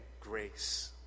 grace